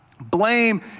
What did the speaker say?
blame